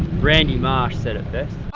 randy marsh said it best.